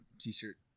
T-shirt